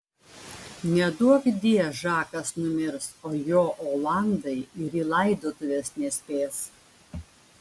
neduokdie žakas numirs o jo olandai ir į laidotuves nespės